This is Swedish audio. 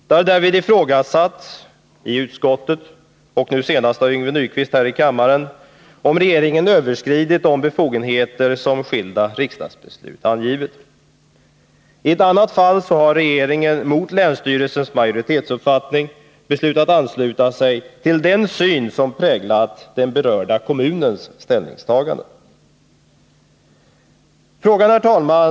Det har därvid ifrågasatts i utskottet och nu senast av Yngve Nyquist här i kammaren om regeringen överskridit de befogenheter som skilda riksdagsbeslut angivit. I ett annat fall har regeringen mot länsstyrelsens majoritetsuppfattning beslutat ansluta sig till den syn som präglat den berörda kommunens ställningstagande. Herr talman!